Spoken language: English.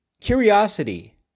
curiosity